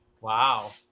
Wow